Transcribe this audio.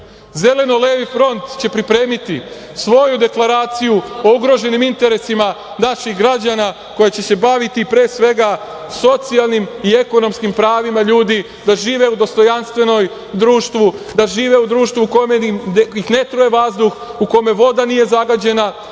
Zeleno-levi front će pripremiti svoju deklaraciju o ugroženim interesima naših građana koja će se baviti, pre svega, socijalnim i ekonomskim pravima ljudi da žive u dostojanstvenom društvu, da žive u društvu u kome ih ne truje vazduh, u kome voda nije zagađena,